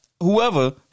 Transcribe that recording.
whoever